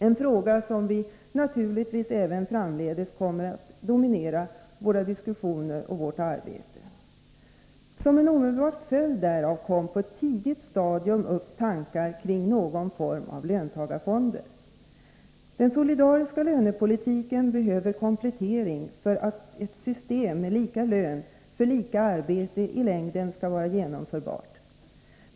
En fråga som naturligtvis även framdeles kommer att dominera våra diskussioner och vårt arbete. Som en omedelbar följd därav kom på ett tidigt stadium upp tankar kring någon form av löntagarfonder. Den solidariska lönepolitiken behöver komplettering för att ett system med lika lön för lika arbete i längden skall vara genomförbart.